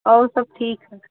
और सब ठीक है